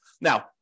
Now